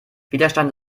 widerstand